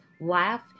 laugh